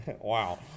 Wow